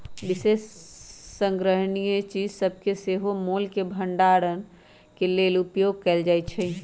विशेष संग्रहणीय चीज सभके सेहो मोल के भंडारण के लेल उपयोग कएल जाइ छइ